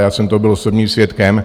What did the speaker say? Já jsem toho byl osobním svědkem.